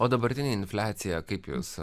o dabartinė infliacija kaip jus